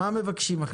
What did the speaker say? מה מבקשים עכשיו?